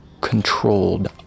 controlled